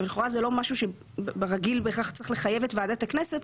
ולכאורה זה לא משהו שברגיל בהכרח צריך לחייב את ועדת הכנסת.